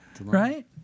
Right